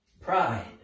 Pride